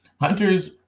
Hunter's